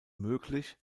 möglich